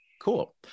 Cool